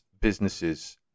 businesses